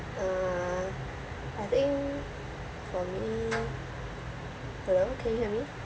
uh I think for me hello can you hear me